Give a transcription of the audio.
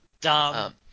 Dumb